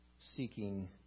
seeking